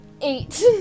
eight